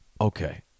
okay